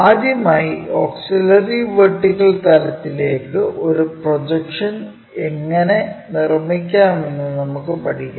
ആദ്യമായി auxiliary vertical തലത്തിലേക്കു ഒരു പ്രൊജക്ഷൻ എങ്ങനെ നിർമ്മിക്കാമെന്ന് നമുക്ക് പഠിക്കാം